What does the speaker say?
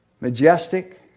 majestic